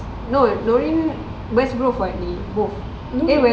no nurin west grove [what] both then went